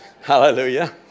hallelujah